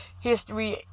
history